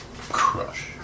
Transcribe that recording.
Crush